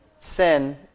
sin